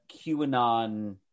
QAnon